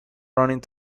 running